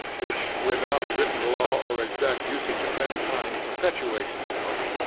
which, without written law or exact usage of any kind, perpetuates itself,